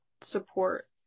support